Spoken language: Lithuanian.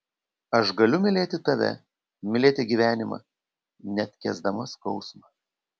aš galiu mylėti tave mylėti gyvenimą net kęsdama skausmą